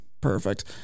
Perfect